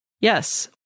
Yes